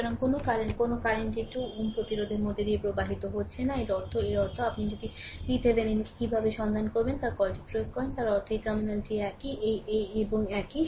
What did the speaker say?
সুতরাং কোনও কারেন্ট কোনও কারেন্ট এই 2 Ω প্রতিরোধের মধ্য দিয়ে প্রবাহিত হচ্ছে না এর অর্থ এর অর্থ আপনি যদি VThevenin কে কীভাবে সন্ধান করবেন তার কলটি প্রয়োগ করেন তার অর্থ এই টার্মিনালটি একই এই এবং এই একই